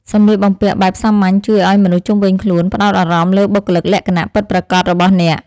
សម្លៀកបំពាក់បែបសាមញ្ញជួយឱ្យមនុស្សជុំវិញខ្លួនផ្តោតអារម្មណ៍លើបុគ្គលិកលក្ខណៈពិតប្រាកដរបស់អ្នក។